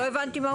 לא הבנתי מה.